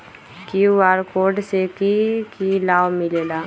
QR code से कि कि लाव मिलेला?